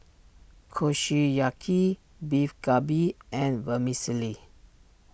Kushiyaki Beef Galbi and Vermicelli